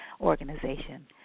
organization